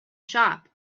shop